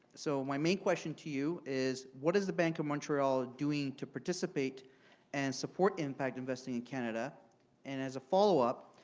so, my main question to you is what is the bank of montreal doing to participate and support impact investing in canada and as a follow-up,